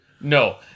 No